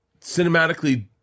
cinematically